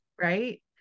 right